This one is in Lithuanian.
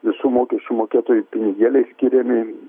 visų mokesčių mokėtojų pinigėliai skiriami